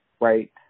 right